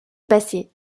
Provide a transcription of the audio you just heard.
passer